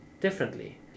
differently